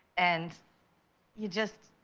and you just,